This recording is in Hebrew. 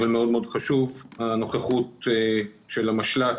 אבל מאוד חשובה הנוכחות של המשל"ת